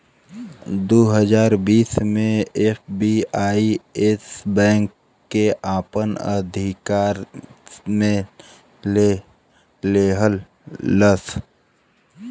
दू हज़ार बीस मे एस.बी.आई येस बैंक के आपन अशिकार मे ले लेहलस